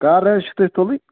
کار حظ چھِو تۄہہِ تُلٕنۍ